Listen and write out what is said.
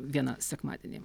vieną sekmadienį